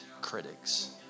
critics